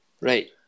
right